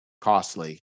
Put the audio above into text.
costly